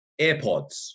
AirPods